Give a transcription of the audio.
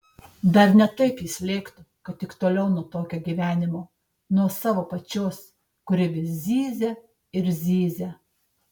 dar ne taip jis lėktų kad tik toliau nuo tokio gyvenimo nuo savo pačios kuri vis zyzia ir zyzia